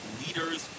leaders